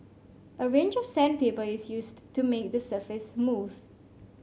a range of sandpaper is used to make the surface smooth